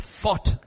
fought